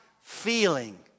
feeling